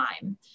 time